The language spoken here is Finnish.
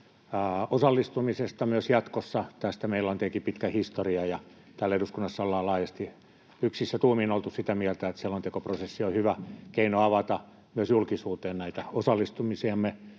osallistumisista myös jatkossa. Tästä meillä on tietenkin pitkä historia, ja täällä eduskunnassa ollaan laajasti yksissä tuumin oltu sitä mieltä, että selontekoprosessi on hyvä keino avata myös julkisuuteen näitä osallistumisiamme,